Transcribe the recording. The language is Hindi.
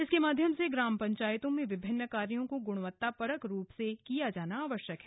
इसके माध्यम से ग्राम पंचायतों में विभिन्न कार्यों को गुणवत्तापरक रुप में किया जाना आवश्यक है